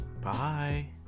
bye